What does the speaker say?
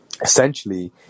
essentially